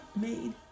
made